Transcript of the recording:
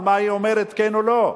על מה היא אומרת כן או לא,